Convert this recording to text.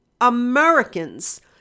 Americans